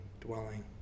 dwelling